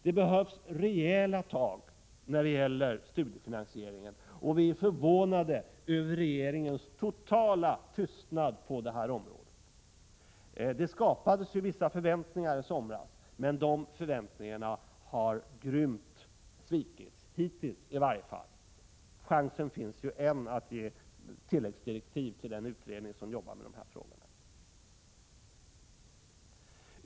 Det behövs rejäla tag i fråga om studiefinansieringen, och vi är förvånade över regeringens totala tystnad när det gäller detta område. Det skapades vissa förväntningar i somras, men de förväntningarna har grymt svikits — hittills i varje fall. Chansen finns ju ännu att ge tilläggsdirektiv till den utredning som jobbar med dessa frågor.